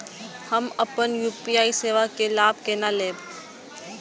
हम अपन यू.पी.आई सेवा के लाभ केना लैब?